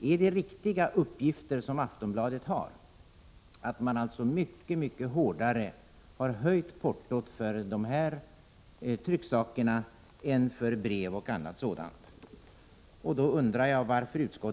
Är de uppgifter som Aftonbladet lämnar, att man har höjt portot mycket mer för dessa trycksaker än för brev och liknande, riktiga?